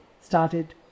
started